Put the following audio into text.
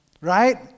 Right